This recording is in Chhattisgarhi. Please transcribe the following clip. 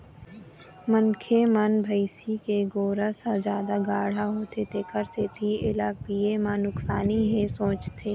मनखे मन भइसी के गोरस ह जादा गाड़हा होथे तेखर सेती एला पीए म नुकसानी हे सोचथे